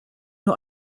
nur